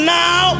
now